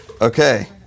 Okay